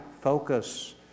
focus